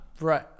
Right